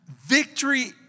victory